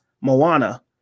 Moana